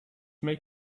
make